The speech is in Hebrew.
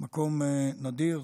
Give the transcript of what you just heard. מקום נדיר.